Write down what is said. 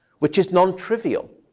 which is non-trivial.